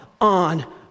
on